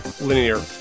linear